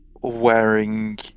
wearing